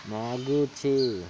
मागचे